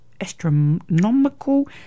Astronomical